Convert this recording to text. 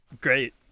Great